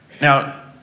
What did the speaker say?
Now